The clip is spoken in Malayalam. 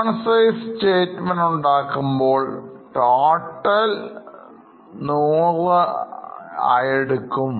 Common size സ്റ്റേറ്റ്മെൻറ് ഉണ്ടാകുമ്പോൾ ടോട്ടൽ 100എടുക്കും